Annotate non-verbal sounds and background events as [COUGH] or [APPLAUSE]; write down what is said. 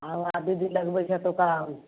आ वएह दू दिन लगबै छै [UNINTELLIGIBLE]